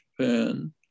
Japan